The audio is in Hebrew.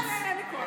אין לי כוח.